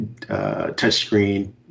touchscreen